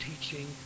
teaching